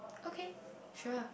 okay sure